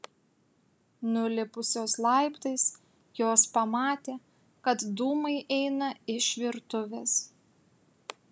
nulipusios laiptais jos pamatė kad dūmai eina iš virtuvės